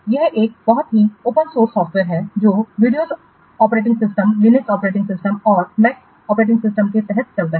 यह एक बहुत ही ओपन सोर्स सॉफ्टवेयर है जो Windows operating system Linux operating system और मैक ऑपरेटिंग सिस्टम के तहत चलता है